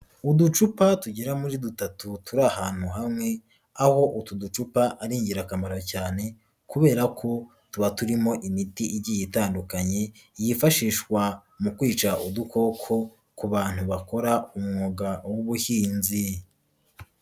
Uducupa tugera muri dutatu turi ahantu hamwe, aho utu ducupa ari ingirakamaro cyane kubera ko tuba turimo imiti igiye itandukanye yifashishwa mu kwica udukoko ku bantu bakora umwuga w'ubuhinzi.